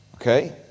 Okay